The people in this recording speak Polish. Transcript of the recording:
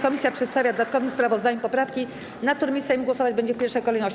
Komisja przedstawia w dodatkowym sprawozdaniu poprawki, nad którymi Sejm głosować będzie w pierwszej kolejności.